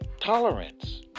tolerance